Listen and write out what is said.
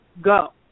go